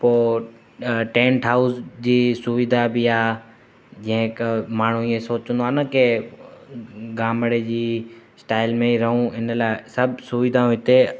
पोइ tent house जी सुविधा बि आहे जीअं हिकु माण्हू इहा सोचंदो आहे की गामिड़े जी स्टाइल में ई रहूं इन लाइ सभु सुविधायूं हिते